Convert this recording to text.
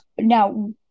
Now